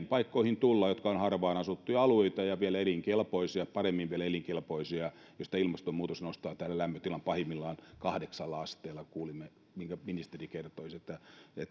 paikkoihin tullaan jotka ovat harvaan asuttuja alueita ja vielä elinkelpoisia paremmin vielä elinkelpoisia jos ilmastonmuutos nostaa täällä lämpötilan pahimmillaan kahdeksalla asteella kuulimme kun ministeri kertoi että